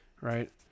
right